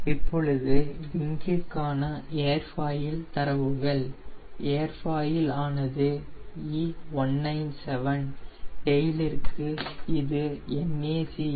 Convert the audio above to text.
இப்பொழுது விங்கிற்கான ஏர்ஃபாயில் தரவுகள் ஏர்ஃபாயில் ஆனது E197 டெய்லிற்க்கு இது NACA 0009